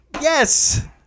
Yes